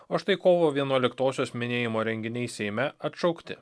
o štai kovo vienuoliktosios minėjimo renginiai seime atšaukti